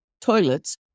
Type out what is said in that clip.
toilets